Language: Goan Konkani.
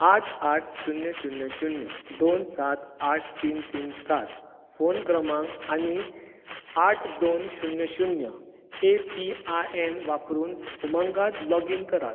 आठ आठ शुन्य शुन्य शुन्य दोन सात आठ तीन तीन सात फोन क्रमांक आनी आठ दोन शुन्य शुन्य ए पी आय एन वापरून उमंगात लॉगीन करात